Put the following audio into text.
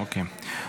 אוקיי.